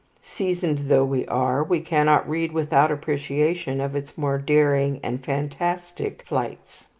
seasoned though we are, we cannot read without appreciation of its more daring and fantastic flights.